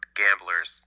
gamblers